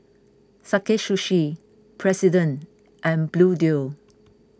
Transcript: Sakae Sushi President and Bluedio